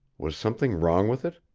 was something wrong with it?